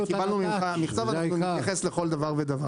קיבלנו ממך מכתב ונתייחס לכך.